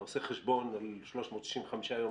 כשאתה עושה חשבון על 365 יום,